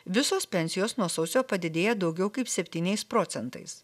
visos pensijos nuo sausio padidėjo daugiau kaip septyniais procentais